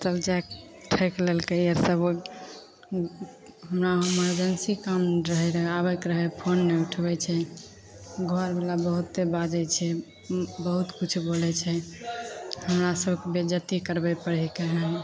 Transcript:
तब जाके ठकि लेलकै एहिसब हमरा इमरजेन्सी काम रहै रऽ आबैके रहै फोन नहि उठबै छै घरवला बहुते बाजै छै बहुत किछु बोलै छै हमरासभकेँ बेज्जती करबै पड़ैके हिकै हइ